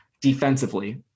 defensively